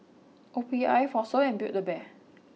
O P I Fossil and Build A Bear